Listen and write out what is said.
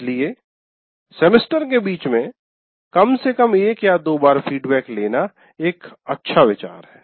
इसलिए सेमेस्टर के बीच में कम से कम एक या दो बार फीडबैक लेना एक अच्छा विचार है